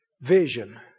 vision